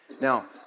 Now